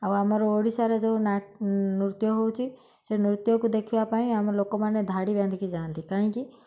ଆଉ ଆମର ଓଡ଼ିଶାରେ ଯେଉଁ ନା ନୃତ୍ୟ ହେଉଛି ସେ ନୃତ୍ୟକୁ ଦେଖିବା ପାଇଁ ଆମ ଲୋକମାନେ ଧାଡ଼ି ବାନ୍ଧିକି ଯାଆନ୍ତି କାହିଁକି